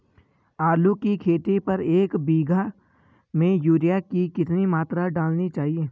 आलू की खेती पर एक बीघा में यूरिया की कितनी मात्रा डालनी चाहिए?